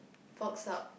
forks out